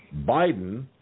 Biden